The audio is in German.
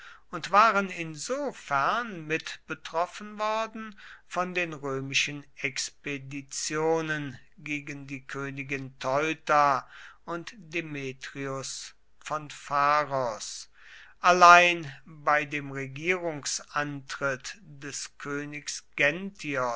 und waren insofern mitbetroffen worden von den römischen expeditionen gegen die königin teuta und demetrios von pharos allein bei dem regierungsantritt des